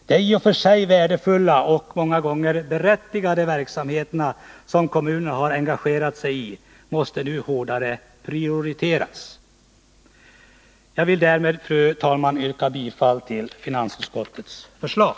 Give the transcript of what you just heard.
De i och för sig värdefulla och många gånger berättigade verksamheter som kommunerna har engagerat sig i måste nu hårdare prioriteras. Jag vill därmed, fru talman, yrka bifall till finansutskottets förslag.